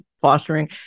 fostering